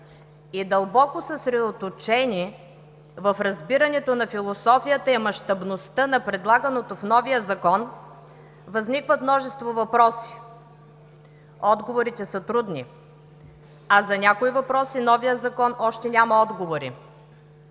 И дълбоко съсредоточени в разбирането на философията и мащабността на предлаганото в новия Закон, възникват множество въпроси. Отговорите са трудни, а за някои въпроси новият Закон още няма отговори.